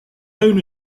known